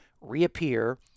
reappear